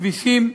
כבישים,